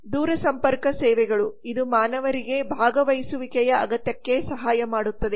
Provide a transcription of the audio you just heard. ಮತ್ತು ದೂರಸಂಪರ್ಕ ಸೇವೆಗಳು ಇದು ಮಾನವರಿಗೆ ಭಾಗವಹಿಸುವಿಕೆಯ ಅಗತ್ಯಕ್ಕೆ ಸಹಾಯ ಮಾಡುತ್ತದೆ